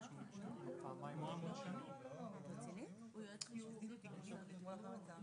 דניאל ונעה, אתם רוצים רגע לחדד את הדברים?